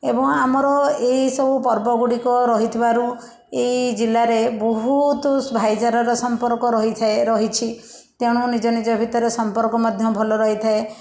ଏବଂ ଆମର ଏଇସବୁ ପର୍ବ ଗୁଡ଼ିକ ରହିଥିବାରୁ ଏଇ ଜିଲ୍ଲାରେ ବହୁତ ସୁ ଭାଇଚାରାର ସମ୍ପର୍କ ରହିଥାଏ ରହିଛି ତେଣୁ ନିଜ ନିଜ ଭିତରେ ସମ୍ପର୍କ ମଧ୍ୟ ଭଲ ରହିଥାଏ